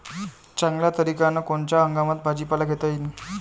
चांगल्या तरीक्यानं कोनच्या हंगामात भाजीपाला घेता येईन?